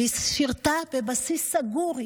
והיא שירתה בבסיס סגור,